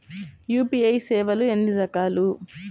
UPI సేవలు ఎన్నిరకాలు?